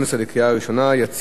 לקריאה שנייה ולקריאה שלישית,